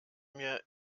mir